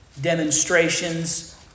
demonstrations